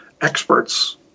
experts